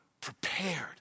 prepared